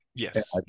Yes